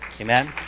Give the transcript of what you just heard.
Amen